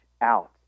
out